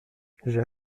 j’ai